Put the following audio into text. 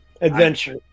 adventure